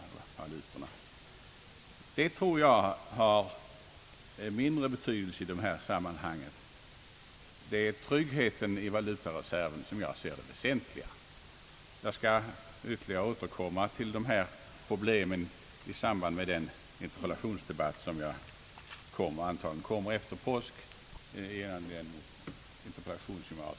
Jag tror att den saken har mindre betydelse i sammanhanget — det väsentliga är enligt min mening tryggheten vad beträffar vår valutareserv. Jag skall ytterligare återkomma till dessa problem i samband med den interpellationsdebatt, som antagligen äger rum efter påsk i anledning av den interpellation om Stockholmskonferensen som jag avser att i dag rikta till statsrådet Wickman.